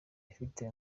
ifite